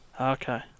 Okay